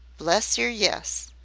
bless yer, yes!